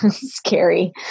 scary